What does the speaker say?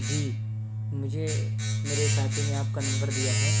جی مجھے میرے ساتھی نے آپ کا نمبر دیا ہے